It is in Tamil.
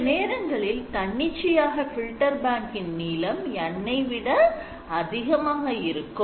சில நேரங்களில் தன்னிச்சையாக Filter bank இன் நீளம் N ஐ விட அதிகமாக இருக்கும்